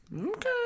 Okay